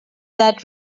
that